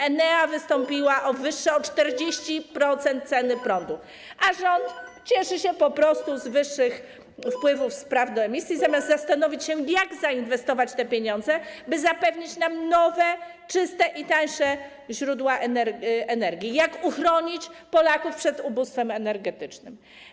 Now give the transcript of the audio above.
Enea wystąpiła o podwyższenie o 40% cen prądu, a rząd po prostu cieszy się z wyższych wpływów z praw do emisji, zamiast zastanowić się, jak zainwestować te pieniądze, by zapewnić nam nowe, czyste i tańsze źródła energii, jak uchronić Polaków przed ubóstwem energetycznym.